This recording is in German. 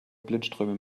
blindströme